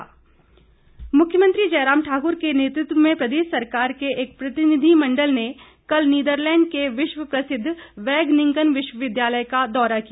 मुख्यमंत्री मुख्यमंत्री जयराम ठाकुर के नेतृत्व में प्रदेश सरकार के एक प्रतिनिधिमंडल ने कल नीदरलैंड के विश्व प्रसिद्ध वैगनिंगन विश्वविद्यालय का दौरा किया